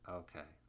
okay